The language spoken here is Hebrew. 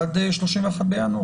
עד 31 בינואר.